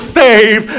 save